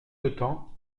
autant